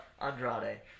Andrade